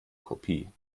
kopie